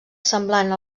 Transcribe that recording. semblant